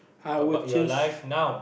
I would change